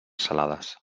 salades